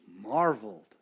marveled